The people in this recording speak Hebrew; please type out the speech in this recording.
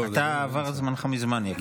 עבר זמנך מזמן, יקירי.